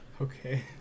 Okay